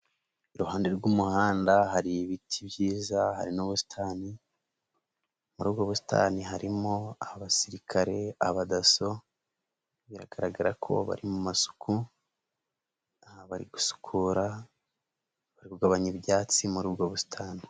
Iruhande rw'umuhanda hari ibiti byiza, hari n'ubusitani, muri ubwo busitani harimo abasirikare, aba dasso biragaragara ko bari mu masuku, bari gusukura bagabanya ibyatsi muri ubwo busitani.